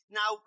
Now